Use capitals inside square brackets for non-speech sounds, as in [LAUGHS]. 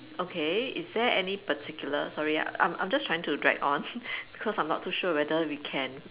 okay is there any particular sorry ah I'm I'm just trying to drag on [LAUGHS] because I'm not sure we can